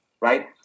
right